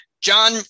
John